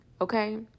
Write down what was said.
okay